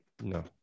No